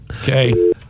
okay